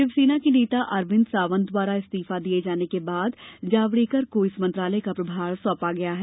शिवसेना के नेता अरविन्द सावंत द्वारा इस्तीफा दिये जाने के बाद जावड़ेकर को इस मंत्रालय का प्रभार सौंपा गया है